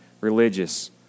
religious